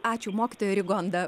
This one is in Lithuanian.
ačiū mokytoja rigonda